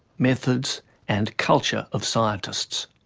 methods and culture of scientists.